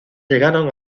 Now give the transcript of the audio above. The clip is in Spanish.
llegaron